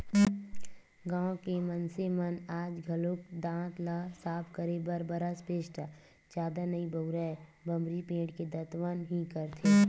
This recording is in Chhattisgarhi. गाँव के मनसे मन आज घलोक दांत ल साफ करे बर बरस पेस्ट जादा नइ बउरय बमरी पेड़ के दतवन ही करथे